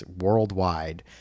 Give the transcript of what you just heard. worldwide